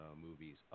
movies